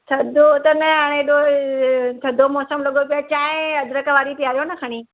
थधो त न हाणे हेॾो थधो मौसम लॻो पियो आहे चांहि अदरक वारी पीआरो न खणी